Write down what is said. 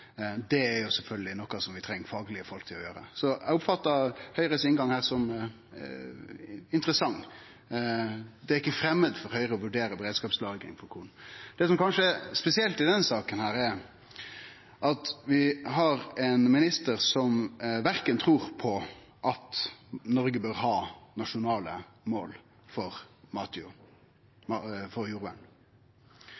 treng fagfolk til å gjere, men eg oppfattar inngangen frå Høgre her som interessant. Det er ikkje framand for Høgre å vurdere beredskapslagring av korn. Det som kanskje er spesielt i denne saka, er at vi har ein minister som ikkje trur at Noreg bør ha nasjonale mål for